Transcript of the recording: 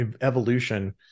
evolution